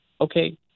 okay